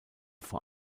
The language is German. vor